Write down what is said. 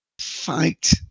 Fight